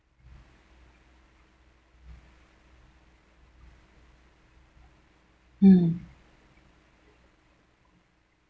mm